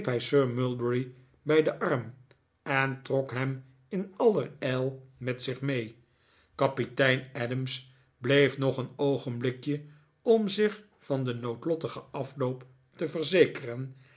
sir mulberry bij den arm en trok hem in allerijl met zich mee kapitein adams bleef nog een oogenblikje om zich van den noodlottigen afloop te verzekeren